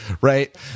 right